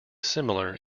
similar